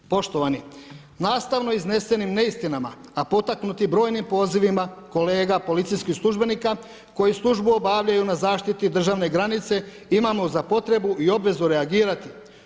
Poštovani, nastavno iznesenim neistinama a potaknuti brojnim pozivima kolega policijskih službenika koji službu obavljaju na zaštiti državne granice imamo za potrebu i obvezu reagirati.